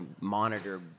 monitor